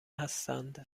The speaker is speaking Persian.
هستند